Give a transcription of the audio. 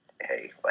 hey